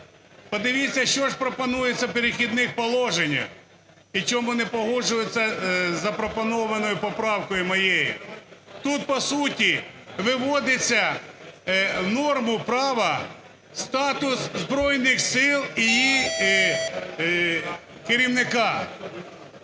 Подивіться, що ж пропонується у "Перехідних положеннях" і чому не погоджуються з запропонованою поправкою моєю. Тут, по суті, виводиться в норму права статус Збройних Сил і їх керівника.